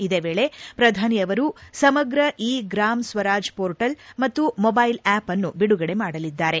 ಇದೇ ವೇಳೆ ಪ್ರಧಾನಿ ಅವರು ಸಮಗ್ರ ಇ ಗ್ರಾಮ ಸ್ತರಾಜ್ ಪೋರ್ಟಲ್ ಮತ್ತು ಮೊಬ್ಬೆಲ್ ಆಪ್ ಆನ್ನು ಬಿಡುಗಡೆ ಮಾಡಲಿದ್ದಾರೆ